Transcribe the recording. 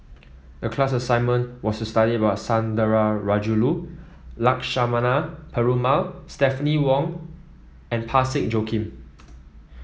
the class assignment was to study about Sundarajulu Lakshmana Perumal Stephanie Wong and Parsick Joaquim